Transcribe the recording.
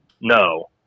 No